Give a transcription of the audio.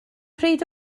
bryd